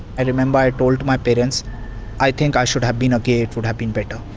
i remember i told my parents i think i should have been a gay, it would have been better.